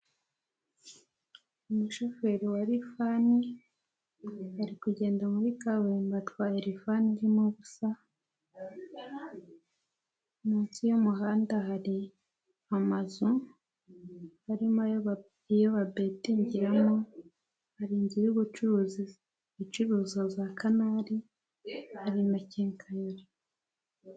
Umushoferi wa lifani, ari kugenda muri kaburimbo atwaye lifani irimo ubusa, munsi y'umuhanda hari amazu arimo iyo babetingiramo, hari inzu y'bucuruzicuruzi icuruza za kanari, hari kenkayori.